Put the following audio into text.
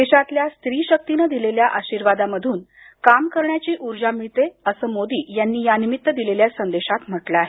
देशातल्या स्त्री शक्तीनं दिलेल्या आशीर्वादामधून काम करण्याची उर्जा मिळते असं मोदी यांनी या निमित्त दिलेल्या संदेशात म्हटलं आहे